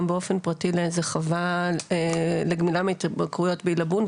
באופן פרטי לאיזו חווה לגמילה מהתמכרויות בעילבון,